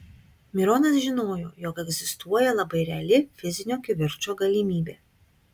mironas žinojo jog egzistuoja labai reali fizinio kivirčo galimybė